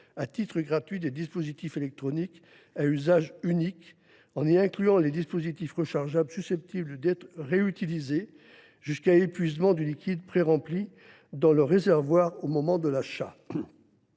à titre gratuit des dispositifs électroniques à usage unique, en y incluant les dispositifs rechargeables susceptibles d’être réutilisés jusqu’à épuisement du liquide prérempli dans le réservoir au moment de l’achat.